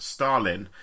Stalin